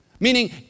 Meaning